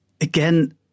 again